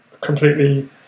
completely